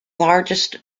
largest